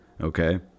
okay